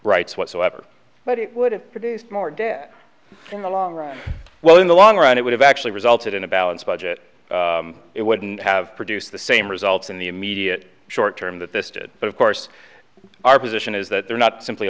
rights whatsoever but it would have produced more debt in the long run well in the long run it would have actually resulted in a balanced budget it wouldn't have produced the same results in the immediate short term that this did but of course our position is that they're not simply